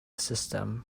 system